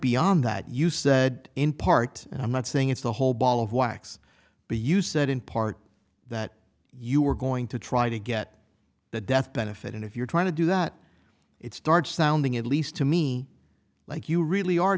beyond that you said in part and i'm not saying it's the whole ball of wax but you said in part that you are going to try to get the death benefit and if you're trying to do that it starts sounding at least to me like you really are